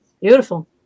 Beautiful